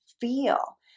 feel